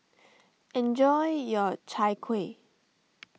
enjoy your Chai Kueh